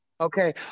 okay